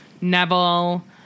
Neville